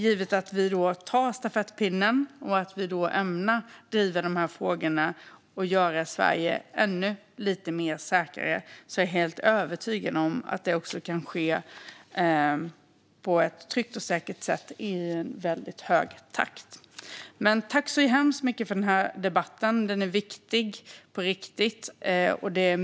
Givet att vi tar stafettpinnen och ämnar driva dessa frågor och göra Sverige ännu lite mer säkert är jag helt övertygad om att det kan ske på ett tryggt och säkert sätt och i hög takt. Tack så hemskt mycket för debatten! Den är viktig på riktigt.